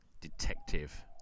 detective